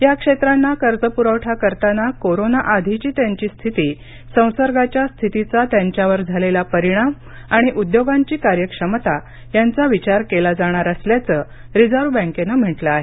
या क्षेत्रांना कर्ज पुरवठा करताना कोरोना आधीची त्यांची स्थितीसंसर्गाच्या स्थितीचा त्यांच्यावर झालेला परिणाम आणि उद्योगांची कार्यक्षमता यांचा विचार केला जाणार असल्याचं रिझर्व्ह बँकेनं म्हटलं आहे